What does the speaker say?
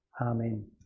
Amen